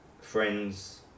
friends